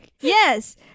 Yes